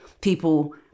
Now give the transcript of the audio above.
people